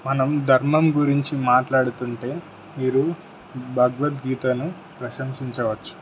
మనం ధర్మం గురించి మాట్లాడుతుంటే మీరు భగవద్గీతను ప్రశంసించవచ్చు